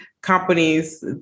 companies